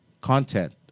content